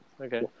Okay